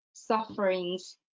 sufferings